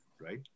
right